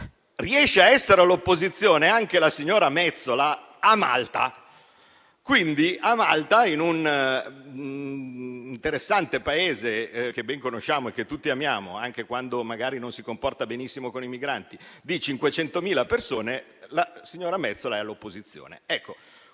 riesce a essere all'opposizione anche la signora Metsola a Malta, un interessante Paese che ben conosciamo e che tutti amiamo, anche quando magari non si comporta benissimo con i migranti, che fa 500.000 abitanti, in cui la signora Metsola è all'opposizione.